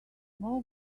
more